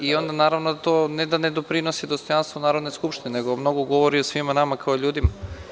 Onda naravno to ne da ne doprinosi dostojanstvu Narodne skupštine, nego mnogo govori o svima nama kao ljudima.